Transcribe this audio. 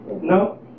No